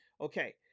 Okay